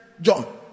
John